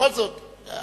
בכל זאת,